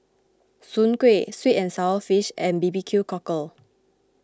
Soon Kway Sweet and Sour Fish and B B Q Cockle